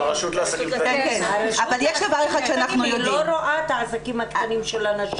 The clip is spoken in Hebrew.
הרשות לעסקים קטנים לא רואה את העסקים הקטנים של הנשים.